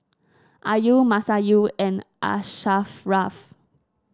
Ayu Masayu and Asharaff